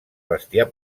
bestiar